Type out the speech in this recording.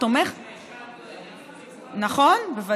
נכון, בוודאי.